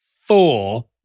four